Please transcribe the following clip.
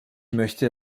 möchte